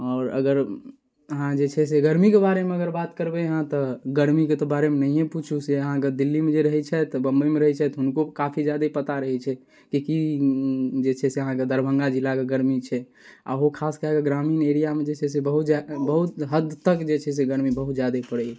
आओर अगर अहाँ जे छै से गर्मीके बारेमे अगर बात करबै अहाँ तऽ गर्मीके तऽ बारेमे नहिएँ पूछू अहाँके दिल्लीमे जे रहै छथि बम्बइमे रहै छथि हुनको काफी जादे पता रहै छै कि की जे छै से अहाँके दरभङ्गा जिलाके गर्मी छै आ ओहो खास कए कऽ ग्रामीण एरियाके हम जे छै से बहुत बहुत हद तक जे छै से गर्मी बहुत जादे पड़ैया